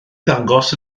ddangos